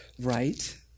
right